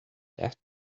that